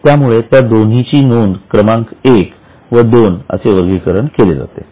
त्यामुळेच त्या दोन्हीची नोंद क्रमांक एक व दोन असे वर्गीकरण केले जाते